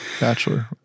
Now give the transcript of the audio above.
bachelor